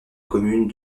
commune